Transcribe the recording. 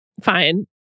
Fine